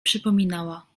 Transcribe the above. przypominała